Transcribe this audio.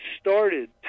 started